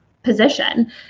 position